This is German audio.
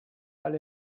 alle